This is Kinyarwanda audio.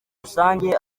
rusange